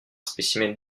spécimen